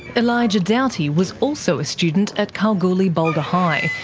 elijah doughty was also a student at kalgoorlie-boulder high,